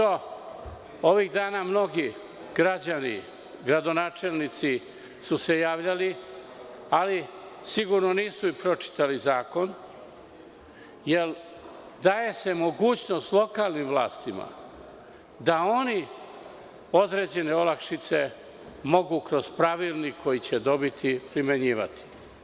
Ovih dana mnogi građani, gradonačelnici su se javljali, ali sigurno nisu pročitali zakon, jer daje se mogućnost lokalnim vlastima da oni određene olakšice mogu kroz pravilnik koji će dobiti, primenjivati.